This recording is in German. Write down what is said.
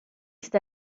ist